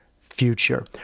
future